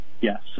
Yes